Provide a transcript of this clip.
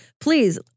please